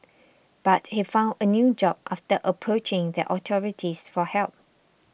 but he found a new job after approaching the authorities for help